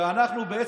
כשאנחנו,